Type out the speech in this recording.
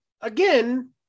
again